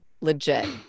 legit